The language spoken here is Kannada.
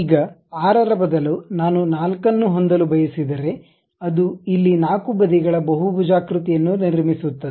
ಈಗ 6 ರ ಬದಲು ನಾನು 4 ಅನ್ನು ಹೊಂದಲು ಬಯಸಿದರೆ ಅದು ಇಲ್ಲಿ 4 ಬದಿಗಳ ಬಹುಭುಜಾಕೃತಿಯನ್ನು ನಿರ್ಮಿಸುತ್ತದೆ